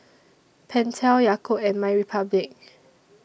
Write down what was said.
Pentel Yakult and MyRepublic